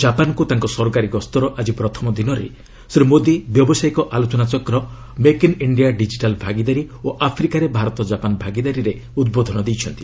ଜାପାନକୁ ତାଙ୍କ ସରକାରୀ ଗସ୍ତର ଆଜି ପ୍ରଥମ ଦିନରେ ଶ୍ରୀ ମୋଦି ବ୍ୟାବସାୟିକ ଆଲୋଚନା ଚକ୍ର ମେକ୍ ଇନ୍ ଇଣ୍ଡିଆ ଡିକିଟାଲ୍ ଭାଗିଦାରୀ ଓ ଆଫ୍ରିକାରେ ଭାରତ ଜାପାନ ଭାଗିଦାରୀରେ ଉଦ୍ବୋଧନ ଦେଇଛନ୍ତି